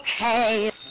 Okay